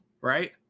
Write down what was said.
right